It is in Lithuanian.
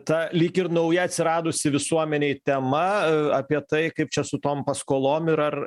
ta lyg ir nauja atsiradusi visuomenei tema apie tai kaip čia su tom paskolom ir ar